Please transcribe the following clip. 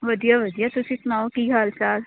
ਵਧੀਆ ਵਧੀਆ ਤੁਸੀਂ ਸੁਣਾਓ ਕੀ ਹਾਲ ਚਾਲ